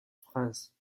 france